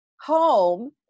home